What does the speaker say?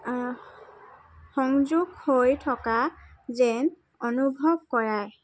সংযোগ হৈ থকা যেন অনুভৱ কৰায়